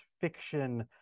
fiction